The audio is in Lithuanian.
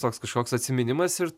toks kažkoks atsiminimas ir